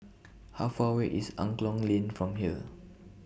How Far away IS Angklong Lane from here